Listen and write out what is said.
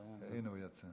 הינה, הוא יצא.